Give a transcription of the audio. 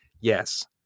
yes